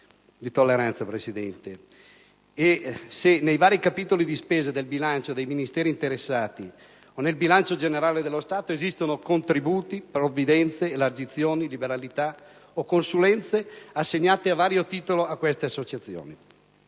a finanziarsi e se nei vari capitoli di spesa del bilancio dei Ministeri interessati o nel bilancio generale dello Stato esistano contributi, provvidenze, elargizioni, liberalità o consulenze assegnate a vario titolo alle associazioni